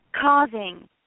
causing